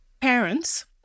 parents